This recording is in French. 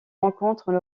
rencontrent